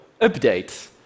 update